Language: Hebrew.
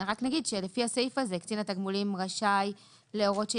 רק נגיד שלפי הסעיף הזה קצין התגמולים רשאי להורות על